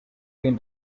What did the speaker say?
been